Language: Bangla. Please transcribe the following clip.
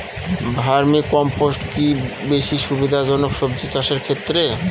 ভার্মি কম্পোষ্ট কি বেশী সুবিধা জনক সবজি চাষের ক্ষেত্রে?